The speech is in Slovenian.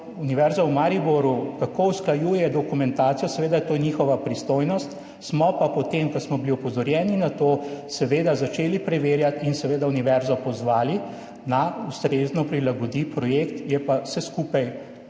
Univerza v Mariboru usklajuje dokumentacijo, to je seveda njihova pristojnost, smo pa po tem, ko smo bili opozorjeni na to, seveda začeli preverjati in univerzo pozvali, naj ustrezno prilagodi projekt. Je pa vse skupaj